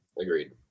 Agreed